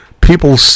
people